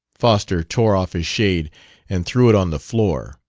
foster tore off his shade and threw it on the floor.